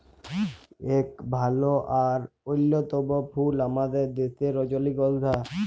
ইক ভাল আর অল্যতম ফুল আমাদের দ্যাশের রজলিগল্ধা